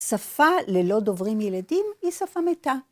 שפה ללא דוברים ילידים היא שפה מתה.